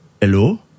Hello